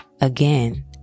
again